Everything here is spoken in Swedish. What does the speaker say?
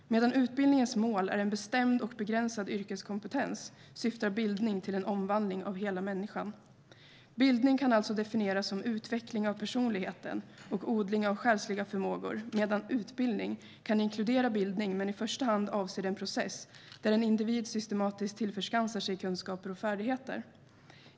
Medan utbildningens mål är en bestämd och begränsad yrkeskompetens syftar bildning till en omvandling av hela människan. Bildning kan alltså definieras som utveckling av personligheten och odling av själsliga förmågor, medan utbildning kan inkludera bildning men i första hand avser en process där en individ systematiskt tillförskansar sig kunskaper och färdigheter.